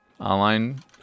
online